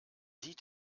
sieht